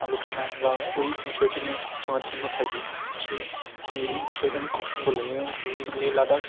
আলোচনা বা ওই বিষয়টি নিয়ে আমি সবসময়ের জন্য থাকি এবং সেই এই বিষয়টা আমার খুব সুন্দর লাগে যেমন লে লাদাখ